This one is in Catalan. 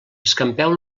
escampeu